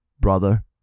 brother